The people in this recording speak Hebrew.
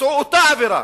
ביצעו אותה עבירה,